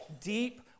deep